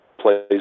plays